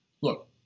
look